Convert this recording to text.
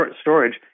storage